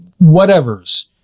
whatevers